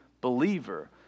believer